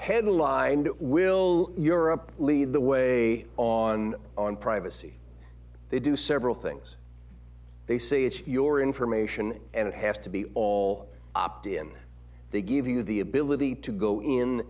headlined will europe lead the way on on privacy they do several things they say it's your information and it has to be all opt in they give you the ability to go in